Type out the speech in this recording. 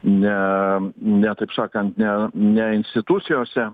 ne ne taip sakant ne ne institucijose